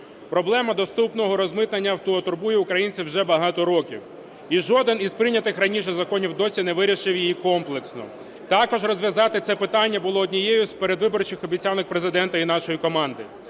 Проблема доступного розмитнення авто турбує українців вже багато років і жоден із прийнятих раніше законів досі не вирішив її комплексно. Також розв'язати це питання було однією з передвиборчих обіцянок Президента і нашої команди.